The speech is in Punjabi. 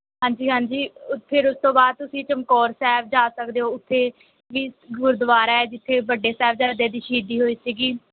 ਹਾਂਜੀ ਹਾਂਜੀ ਫਿਰ ਉਸ ਤੋਂ ਬਾਅਦ ਤੁਸੀਂ ਚਮਕੌਰ ਸਾਹਿਬ ਜਾ ਸਕਦੇ ਹੋ ਉੱਥੇ ਵੀ ਗੁਰਦੁਆਰਾ ਹੈ ਜਿੱਥੇ ਵੱਡੇ ਸਾਹਿਬਜ਼ਾਦਿਆਂ ਦੀ ਸ਼ਹੀਦੀ ਹੋਈ ਸੀਗੀ